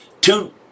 Two